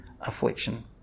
affliction